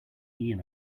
ian